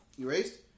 erased